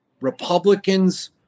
Republicans